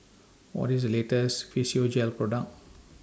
What IS The latest Physiogel Product